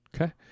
Okay